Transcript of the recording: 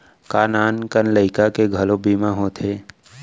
का नान कन लइका के घलो बीमा होथे?